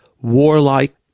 warlike